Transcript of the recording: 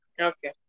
Okay